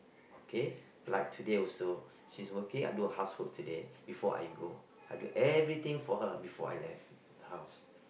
okay like today also she's working I do housework today before I go I do everything for her before I left the house